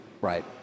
Right